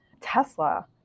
Tesla